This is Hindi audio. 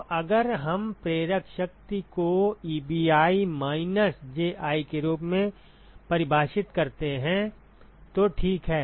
तो अगर हम प्रेरक शक्ति को Ebi माइनस Ji के रूप में परिभाषित करते हैं तो ठीक है